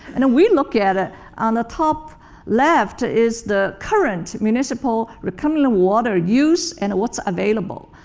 and and we look at it on the top left is the current municipal reclaimed water use and what's available.